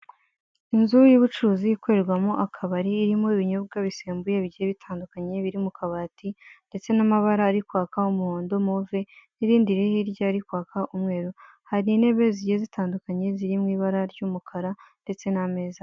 Inzu y'ubucuruzi ikorerwamo akabari, irimo ibinyobwa bisembuye bigiye bitandukanye biri mu kabati ndetse n'amabara ari kwaka umuhondo, move, n'irindi riri hirya riri kwaka umweru, hari intebe zigiye zitandukanye ziri mu ibara ry'umukara ndetse n'ameza.